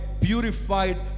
purified